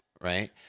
right